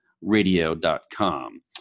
radio.com